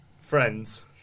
friends